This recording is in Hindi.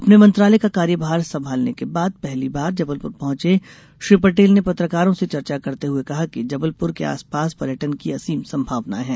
अपने मंत्रालय का कार्यभार संभालने के बाद पहली बार जबलपुर पहुंचे श्री पटेल ने पत्रकारों से चर्चा करते हुए कहा कि जबलपुर के आसपास पर्यटन की असीम संभावनाएं है